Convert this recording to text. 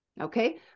okay